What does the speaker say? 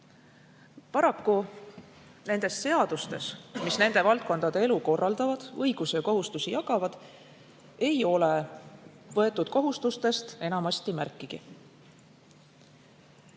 Paraku neis seadustes, mis nende valdkondade elu korraldavad, õigusi ja kohustusi jagavad, ei ole võetud kohustustest enamasti märkigi.